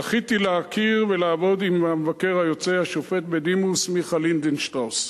זכיתי להכיר ולעבוד עם המבקר היוצא השופט בדימוס מיכה לינדנשטראוס.